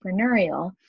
entrepreneurial